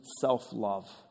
self-love